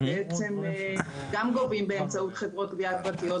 בעצם הם גם גובים באמצעות חברות גבייה פרטיות,